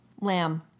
Lamb